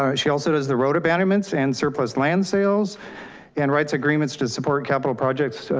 um she also does the road abandonments and surplus land sales and rights agreements to support capital projects,